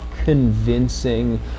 convincing